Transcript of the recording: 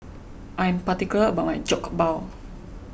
I am particular about my Jokbal